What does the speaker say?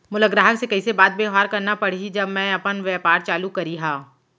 मोला ग्राहक से कइसे बात बेवहार करना पड़ही जब मैं अपन व्यापार चालू करिहा?